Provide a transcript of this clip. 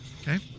Okay